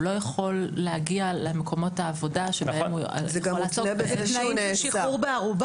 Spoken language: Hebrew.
הוא לא יכול להגיע למקומות העבודה שבהם הוא יכול לעסוק באיזשהו עיסוק.